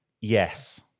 Yes